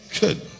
Good